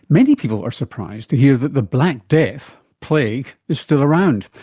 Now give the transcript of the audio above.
many people are surprised to hear that the black death plague is still around.